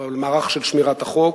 על המערך של שמירת החוק,